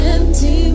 Empty